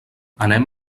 anem